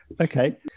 Okay